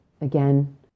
again